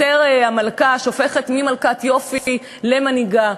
אסתר המלכה שהופכת ממלכת יופי למנהיגה.